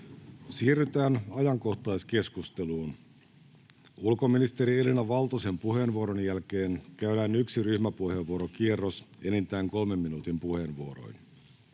Siirrytään ajankohtaiskeskusteluun. Ulkoministeri Elina Valtosen puheenvuoron jälkeen käydään yksi ryhmäpuheenvuorokierros enintään kolmen minuutin puheenvuoroin.